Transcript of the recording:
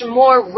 more